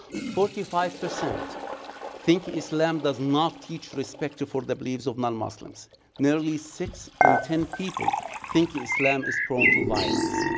forty five percent think islam does not teach respect for the beliefs of non-muslims nearly six in ten people think islam is prone to violence.